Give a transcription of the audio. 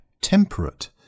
temperate